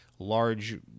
large